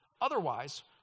Otherwise